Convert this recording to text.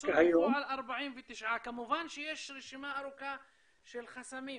ניצול בפועל 49. כמובן שיש רשימה ארוכה של חסמים,